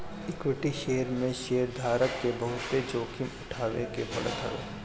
equity share में शेयरधारक के बहुते जोखिम उठावे के पड़त हवे